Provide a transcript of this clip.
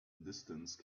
distance